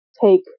take